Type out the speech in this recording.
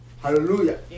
Hallelujah